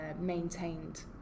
maintained